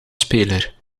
speler